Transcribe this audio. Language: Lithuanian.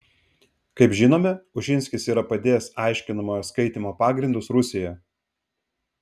kaip žinome ušinskis yra padėjęs aiškinamojo skaitymo pagrindus rusijoje